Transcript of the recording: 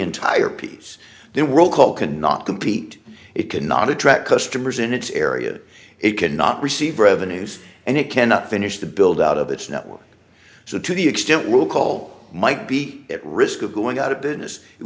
entire piece then roll call cannot compete it cannot attract customers in its area it cannot receive revenues and it cannot finish the build out of its network so to the extent will call might be at risk of going out of business it